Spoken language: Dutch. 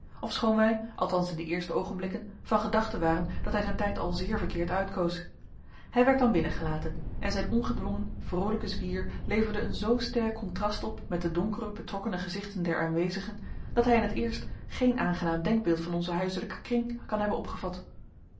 ofschoon wij althans in de eerste oogenblikken van gedachten waren dat hij zijn tijd al zeer verkeerd uitkoos hij werd dan binnengelaten en zijn ongedwongen vroolijke zwier leverde een zoo sterk contrast op met de donkere betrokkene gezichten der aanwezigen dat hij in het eerst geen aangenaam denkbeeld van onzen huiselijken kring kan hebben opgevat